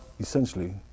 essentially